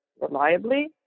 reliably